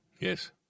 Yes